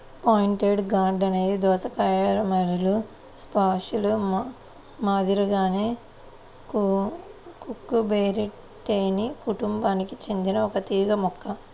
pointed gourd అనేది దోసకాయ మరియు స్క్వాష్ల మాదిరిగానే కుకుర్బిటేసి కుటుంబానికి చెందిన ఒక తీగ మొక్క